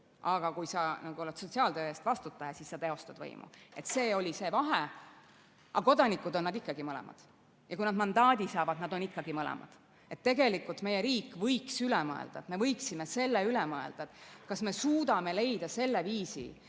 Aga kui sa oled sotsiaaltöö eest vastutaja, siis sa teostad võimu. See oli see vahe. Aga kodanikud on nad mõlemad ja kui nad mandaadi saavad, nad on ikkagi mõlemad. Tegelikult meie riik võiks selle üle mõelda, me võiksime selle üle mõelda, kas me suudame leida selle viisi,